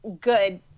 good